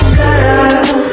girl